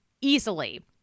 easily